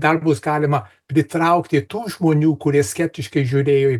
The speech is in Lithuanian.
dar bus galima pritraukti tų žmonių kurie skeptiškai žiūrėjo į